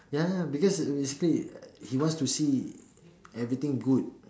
ya ya because basically he wants to see everything good